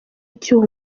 icyuho